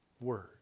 Word